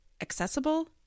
accessible